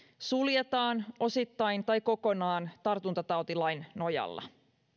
suljetaan osittain tai kokonaan tartuntatautilain nojalla